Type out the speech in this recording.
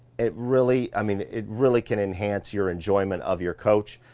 it really, i mean, it really can enhance, your enjoyment of your coach.